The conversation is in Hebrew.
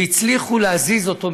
והצליחו להזיז אותו משם,